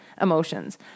emotions